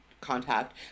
contact